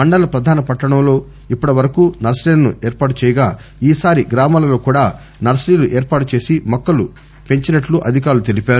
మండల ప్రధాన పట్టణంలో ఇప్పటివరకు నర్సరీలను ఏర్పాటు చేయగా ఈసారి గ్రామాలలో కూడా నర్సరీలు ఏర్పాటు చేసి మొక్కలు పెంచినట్లు అధికారులు తెలీపారు